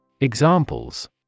Examples